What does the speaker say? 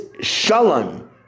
shalom